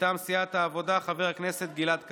מטעם סיעת העבודה, חבר הכנסת גלעד קריב.